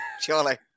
surely